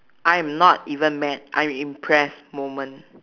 I am not even mad I'm impressed moment